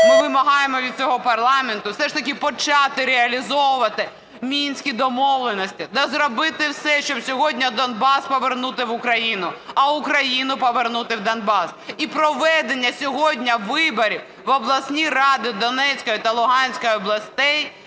ми вимагаємо від цього парламенту все ж таки почати реалізовувати Мінські домовленості та зробити все, щоб сьогодні Донбас повернути в Україну, а Україну повернути в Донбас. І проведення сьогодні виборів в обласні ради Донецької та Луганської областей,